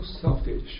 selfish